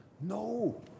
No